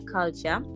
Culture